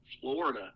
Florida